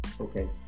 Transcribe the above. okay